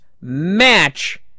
match